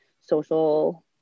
social